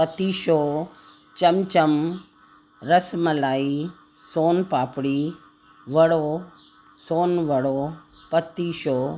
पतीशो चमचम रसमलाई सोनपापड़ी वड़ो सोनवड़ो पतीशो